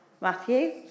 Matthew